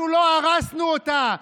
אנחנו לא הרסנו אותה,